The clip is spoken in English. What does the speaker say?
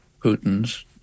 putin's